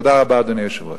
תודה רבה, אדוני היושב-ראש.